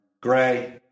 gray